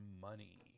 money